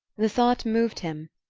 the thought moved him,